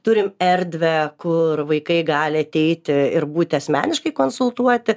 turim erdvę kur vaikai gali ateiti ir būti asmeniškai konsultuoti